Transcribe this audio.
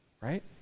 right